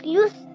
use